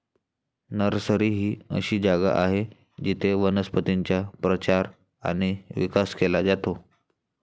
nursery ही अशी जागा आहे जिथे वनस्पतींचा प्रचार आणि विकास केला जातो